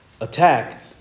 attack